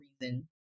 reason